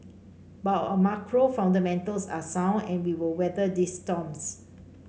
but our macro fundamentals are sound and we will weather these storms